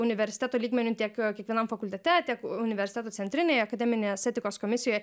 universiteto lygmeniu tiek kiekvienam fakultete tiek universiteto centrinėje akademinės etikos komisijoje